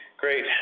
Great